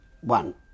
one